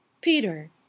Peter